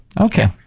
Okay